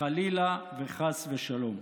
חלילה וחס ושלום.